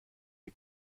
est